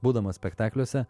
būdamas spektakliuose